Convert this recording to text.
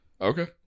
Okay